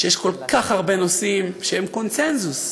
שיש כל כך הרבה נושאים שהם קונסנזוס.